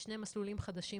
נוספו שני מסלולים חדשים